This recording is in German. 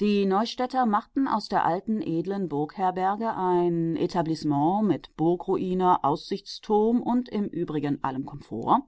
die neustädter machten aus der alten edlen burgherberge ein etablissement mit burgruine aussichtsturm und im übrigem allem komfort